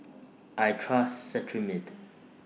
I Trust Cetrimide